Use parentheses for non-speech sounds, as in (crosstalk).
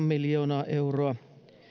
(unintelligible) miljoonaa euroa